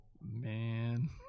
man